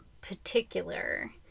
particular